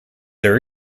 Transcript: their